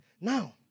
Now